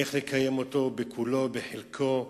איך לקיים אותו, כולו או חלקו.